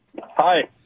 Hi